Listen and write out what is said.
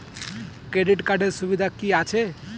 Credit কার্ডের সুবিধা কি আছে?